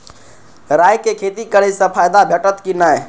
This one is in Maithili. राय के खेती करे स फायदा भेटत की नै?